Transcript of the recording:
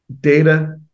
data